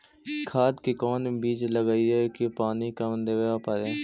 धान के कोन बिज लगईऐ कि पानी कम देवे पड़े?